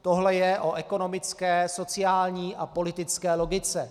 Tohle je o ekonomické, sociální a politické logice.